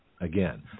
Again